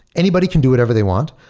anybody can do whatever they want.